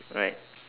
right